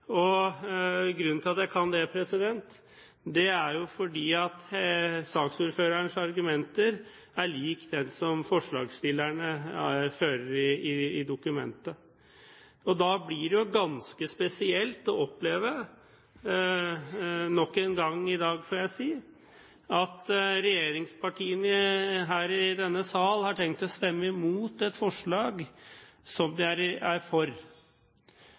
saken. Grunnen til at jeg kan det, er at saksordførerens argumenter er lik dem som forslagsstillerne fører i dokumentet. Da blir det ganske spesielt å oppleve – nok en gang i dag, får jeg si – at regjeringspartiene her i denne sal har tenkt å stemme mot et forslag som de er for.